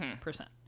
percent